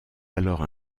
alors